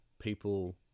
people